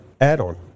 add-on